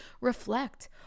reflect